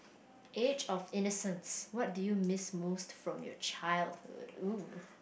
age of innocence what do you miss most from your childhood oo